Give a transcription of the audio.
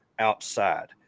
outside